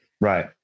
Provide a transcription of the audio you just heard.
Right